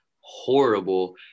horrible